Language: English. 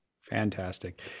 fantastic